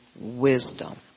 wisdom